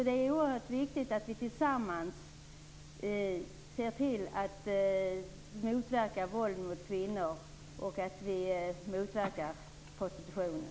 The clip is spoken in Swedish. Det är oerhört viktigt att vi tillsammans ser till att motverka våld mot kvinnor och att vi motverkar prostitutionen.